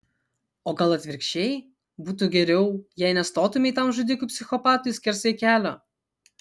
o gal atvirkščiai būtų geriau jei nestotumei tam žudikui psichopatui skersai kelio